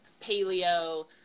paleo